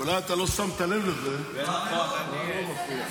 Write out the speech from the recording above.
אולי לא שמת לב לזה, אבל אני לא מופיע.